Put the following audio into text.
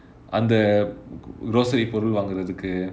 அந்த:antha grocery பொருள் வாங்குறதுக்கு:porul vaangurathukku